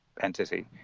entity